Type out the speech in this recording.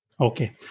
Okay